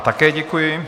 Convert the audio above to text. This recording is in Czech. Také děkuji.